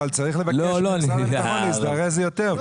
אבל צריך לבקש ממשרד הביטחון להזדרז יותר.